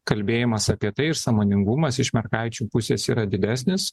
kalbėjimas apie tai ir sąmoningumas iš mergaičių pusės yra didesnis